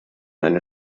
eine